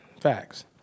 Facts